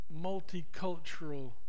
multicultural